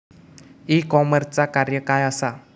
E कॉमर्सचा कार्य काय असा?